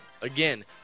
Again